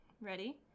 ready